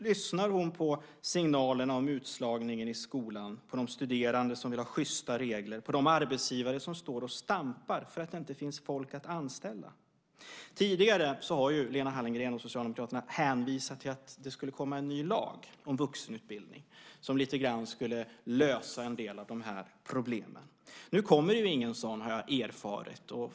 Lyssnar hon på signalerna om utslagningen i skolan, på de studerande som vill ha sjysta regler, på de arbetsgivare som står och stampar för att det inte finns folk att anställa? Tidigare har Lena Hallengren och Socialdemokraterna hänvisat till att det skulle komma en ny lag om vuxenutbildning som lite grann skulle lösa en del av de här problemen. Nu kommer ju ingen sådan, har jag erfarit.